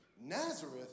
Nazareth